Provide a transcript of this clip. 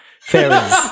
fairies